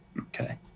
okay